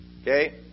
Okay